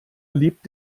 liebt